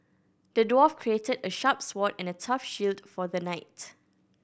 the dwarf create a sharp sword and a tough shield for the knight